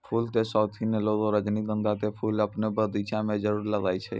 फूल के शौकिन लोगॅ रजनीगंधा के फूल आपनो बगिया मॅ जरूर लगाय छै